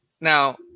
now